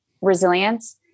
resilience